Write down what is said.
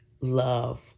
love